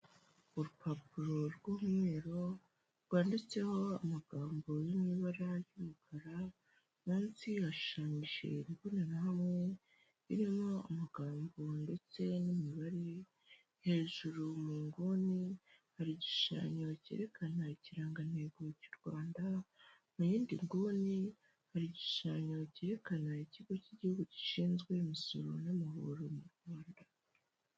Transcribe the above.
Urupapuro rw'umweru rwanditseho amagambo yo mu ibara ry'umukara, munsi hashushanyije imbonerahamwe irimo amagabo ndetse n'imibare, hejuru mu nguni hari igishushanyo cyerekana ikirangantego cy'u Rwanda, mu yindi nguni hari igishushanyo cyerekana ikigo cy'igihugu gishinzwe imisoro n'amahoro mu Rwanda.